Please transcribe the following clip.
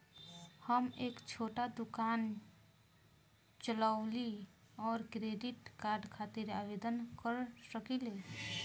हम एक छोटा दुकान चलवइले और क्रेडिट कार्ड खातिर आवेदन कर सकिले?